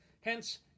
Hence